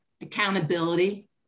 accountability